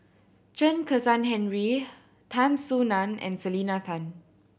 Chen Kezhan Henri Tan Soo Nan and Selena Tan